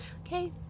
Okay